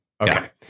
Okay